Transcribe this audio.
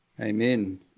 Amen